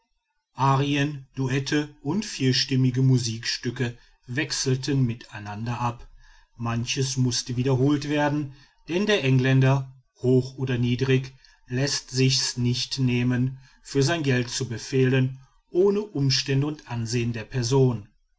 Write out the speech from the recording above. arien duette und vierstimmige musikstücke wechselten miteinander ab manches mußte wiederholt werden denn der engländer hoch oder niedrig läßt sich's nicht nehmen für sein geld zu befehlen ohne umstände und ansehen der person